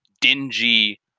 dingy